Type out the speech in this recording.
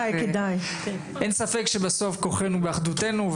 אין ספק שבסוף כוחנו באחדותנו.